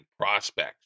prospects